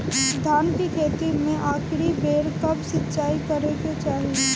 धान के खेती मे आखिरी बेर कब सिचाई करे के चाही?